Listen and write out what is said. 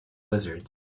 wizards